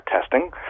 testing